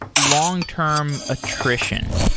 long-term attrition.